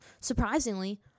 Surprisingly